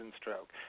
stroke